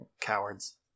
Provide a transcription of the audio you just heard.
cowards